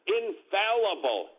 infallible